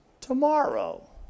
tomorrow